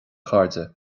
chairde